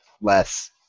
Less